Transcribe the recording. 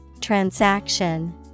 Transaction